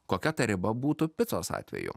kokia ta riba būtų picos atveju